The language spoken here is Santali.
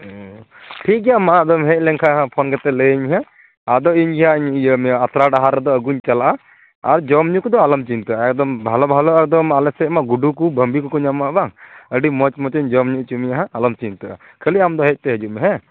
ᱚ ᱴᱷᱤᱠ ᱜᱮᱭᱟ ᱢᱟ ᱟᱫᱚᱢ ᱦᱮᱡ ᱞᱮᱱᱠᱷᱟᱱ ᱦᱟᱜ ᱯᱷᱳᱱ ᱠᱟᱛᱮᱫ ᱞᱟᱹᱭᱟᱹᱧᱢᱮ ᱦᱟᱜ ᱟᱫᱚ ᱤᱧᱜᱮ ᱦᱟᱜ ᱤᱭᱟᱹ ᱢᱮᱭᱟ ᱟᱛᱨᱟ ᱰᱟᱦᱟᱨ ᱨᱮᱫᱚ ᱟᱹᱜᱩᱧ ᱪᱟᱞᱟᱜᱼᱟ ᱟᱨ ᱡᱚᱢᱼᱧᱩ ᱠᱚᱫ ᱟᱞᱚᱢ ᱪᱤᱱᱛᱟᱹᱜᱼᱟ ᱮᱠᱫᱚᱢ ᱵᱷᱟᱞᱳ ᱵᱷᱟᱞᱳ ᱮᱠᱫᱚᱢ ᱟᱞᱮᱥᱮᱫ ᱢᱟ ᱜᱩᱰᱩ ᱠᱚ ᱵᱟᱹᱢᱵᱤ ᱠᱚᱠᱚ ᱧᱟᱢᱚᱜᱼᱟ ᱵᱟᱝ ᱟᱹᱰᱤ ᱢᱚᱡᱽ ᱢᱚᱡᱽ ᱤᱧ ᱡᱚᱢᱼᱧᱩ ᱦᱚᱪᱚ ᱢᱮᱭᱟ ᱦᱟᱜ ᱟᱞᱚᱢ ᱪᱤᱱᱛᱟᱹᱜᱼᱟ ᱠᱷᱟᱹᱞᱤ ᱟᱢᱫᱚ ᱦᱮᱡ ᱛᱮᱫ ᱦᱤᱡᱩᱜᱢᱮ ᱦᱮᱸ